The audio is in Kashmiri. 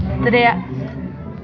ترٛےٚ